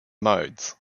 modes